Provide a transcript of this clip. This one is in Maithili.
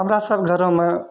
हमरा सब घरोमे